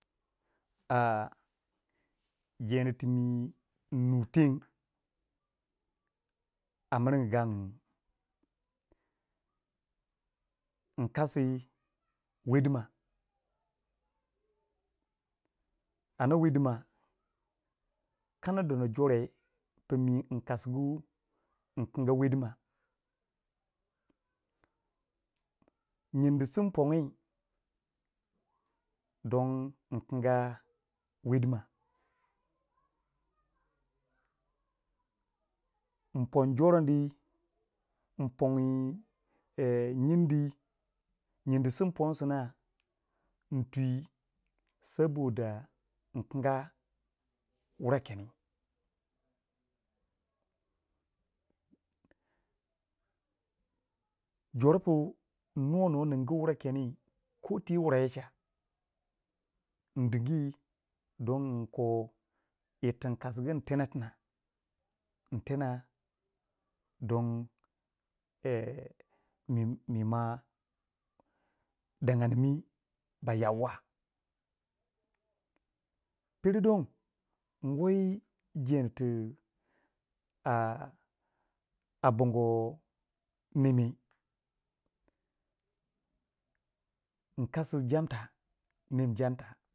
A jeni timi in nu teng a miringu gangumi nkasi wadima a dah wadima kana dono jore pu mi nkasugu in kinga weydima nindi si nponguwẹi don in kinga weydima inpon jorondi mfongyi nyindi nyindi sim pon sona in twi saboda in kinga wure keni jor pu nuwa nọ ningi wura keni ko ti wuraye cha min dingi don inko in ko yir tin nkasigu yin tena tina in tena don mima daganimi ba yau wa, pero don in wo yi jẹndi ti a a bongo nemmi nkasi jamta nemmi jamta.